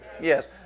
Yes